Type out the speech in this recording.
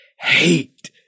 hate